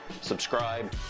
subscribe